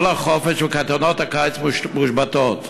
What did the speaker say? כל החופש, וקייטנות הקיץ מושבתות.